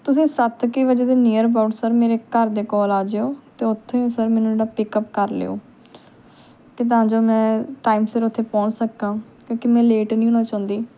ਤੁਸੀਂ ਸੱਤ ਕੁ ਵਜੇ ਦੇ ਨੀਅਰ ਅਬਾਉਟ ਸਰ ਮੇਰੇ ਘਰ ਦੇ ਕੋਲ ਆ ਜਾਇਓ ਅਤੇ ਉੱਥੇ ਹੀ ਸਰ ਮੈਨੂੰ ਜਿਹੜਾ ਪਿਕਅਪ ਕਰ ਲਿਓ ਅਤੇ ਤਾਂ ਜੋ ਮੈਂ ਟਾਈਮ ਸਿਰ ਉੱਥੇ ਪਹੁੰਚ ਸਕਾ ਕਿਉਂਕਿ ਮੈਂ ਲੇਟ ਨਹੀਂ ਹੋਣਾ ਚਾਹੁੰਦੀ